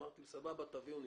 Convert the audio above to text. אמרתי: סבבה, תביאו ונסגור.